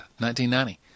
1990